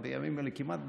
שבימים אלה זה כמעט בושה,